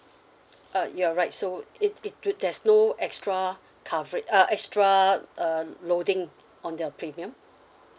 uh you are right so it it there's no extra coverage ah extra um loading on the premium